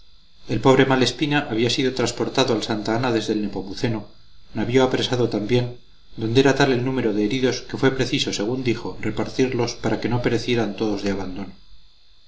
el pobre malespina había sido transportado al santa ana desde el nepomuceno navío apresado también donde era tal el número de heridos que fue preciso según dijo repartirlos para que no perecieran todos de abandono